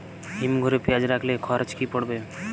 হিম ঘরে পেঁয়াজ রাখলে খরচ কি পড়বে?